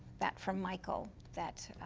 that from michael, that